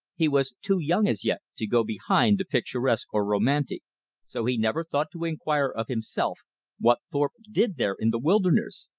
he was too young as yet to go behind the picturesque or romantic so he never thought to inquire of himself what thorpe did there in the wilderness,